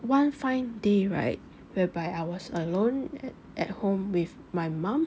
one fine day right whereby I was alone at home with my mom